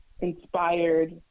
inspired